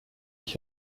ich